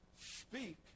speak